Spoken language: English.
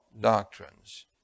doctrines